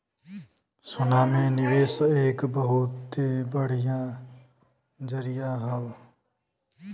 सोना में निवेस एक बहुते बढ़िया जरीया हौ